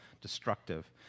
destructive